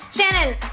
Shannon